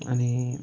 अनि